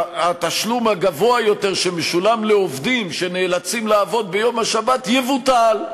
יותר שמשולם לעובדים שנאלצים לעבוד ביום השבת יבוטל,